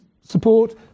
support